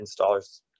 installers